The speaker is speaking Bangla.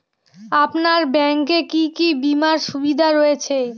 আপনার ব্যাংকে কি কি বিমার সুবিধা রয়েছে?